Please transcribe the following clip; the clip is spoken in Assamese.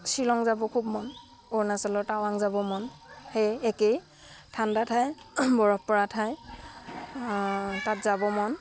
শ্বিলং যাব খুব মন অৰুণাচলৰ টাৱাং যাব মন সেই একেই ঠাণ্ডা ঠাই বৰফপৰা ঠাই তাত যাব মন